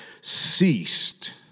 ceased